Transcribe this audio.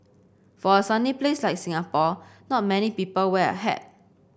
for a sunny place like Singapore not many people wear a hat